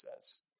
says